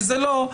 איזה לא,